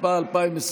התשפ"א 2021,